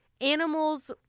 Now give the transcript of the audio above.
Animals